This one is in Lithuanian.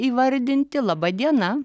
įvardinti laba diena